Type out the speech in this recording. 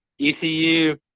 ECU